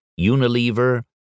Unilever